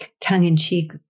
tongue-in-cheek